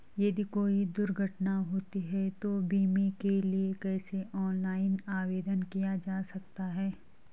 यदि कोई दुर्घटना होती है तो बीमे के लिए कैसे ऑनलाइन आवेदन किया जा सकता है?